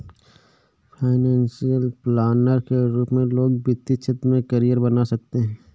financial planner के रूप में लोग वित्तीय क्षेत्र में करियर बना सकते हैं